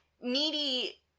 Needy